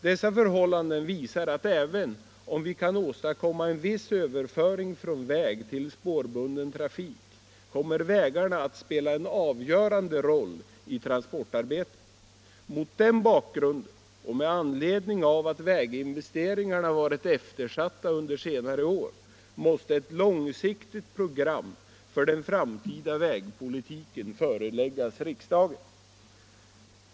Dessa förhållanden visar att även om vi kan åstadkomma en viss överföring från väg till spårbunden trafik kommer vägarna att spela en avgörande roll i transportarbetet. Mot den bakgrunden och med anledning av att väginvesteringarna varit eftersatta under senare år måste ett långsiktigt program för den framtida vägpolitiken föreläggas riksdagen.